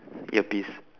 earpiece